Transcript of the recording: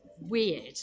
weird